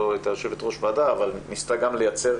לא הייתה יושבת-ראש ועדה אבל ניסתה גם לייצר